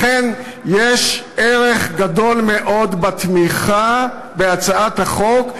לכן יש ערך גדול מאוד בתמיכה בהצעת החוק,